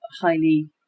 highly